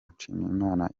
nshimiyimana